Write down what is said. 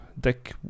deck